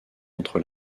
entre